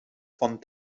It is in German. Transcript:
von